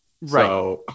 Right